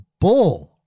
Bull